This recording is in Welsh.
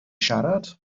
siarad